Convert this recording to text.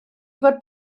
fod